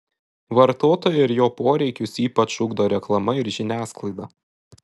vartotoją ir jo poreikius ypač ugdo reklama ir žiniasklaida